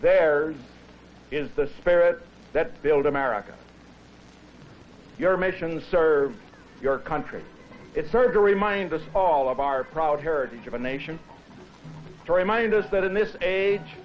there is the spirit that build america your missions serve your country it's hard to remind us all of our proud heritage of a nation to remind us that in this age